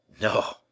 No